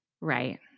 Right